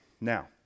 Now